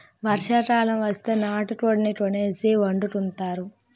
వర్షాకాలం వస్తే నాటుకోడిని కోసేసి వండుకుంతారు